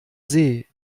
see